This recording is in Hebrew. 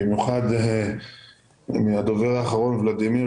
במיוחד ולדימיר,